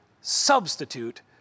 substitute